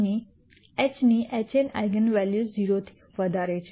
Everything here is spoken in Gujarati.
H એચ ની H એન આઇગન વૅલ્યુઝ 0 થી વધારે છે